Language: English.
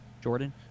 Jordan